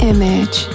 Image